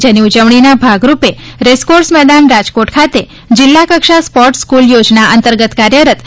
જેની ઉજવણીના ભાગરૂપે રેસકોર્સ મેદાન રાજકોટ ખાતે જિલ્લા કક્ષા સ્પોર્ટસ સ્કુલ યોજના અંતર્ગત કાર્યરત ડી